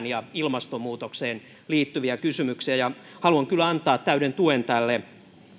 ja ilmastonmuutokseen liittyviä kysymyksiä ja haluan kyllä antaa täyden tuen tälle